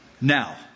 Now